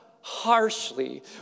harshly